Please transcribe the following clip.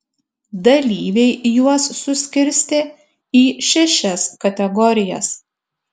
dalyviai juos suskirstė į šešias kategorijas